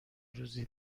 روزی